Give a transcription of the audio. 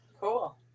Cool